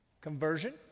conversion